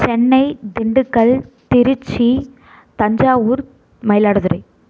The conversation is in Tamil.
சென்னை திண்டுக்கல் திருச்சி தஞ்சாவூர் மயிலாடுதுறை